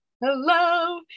Hello